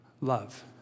love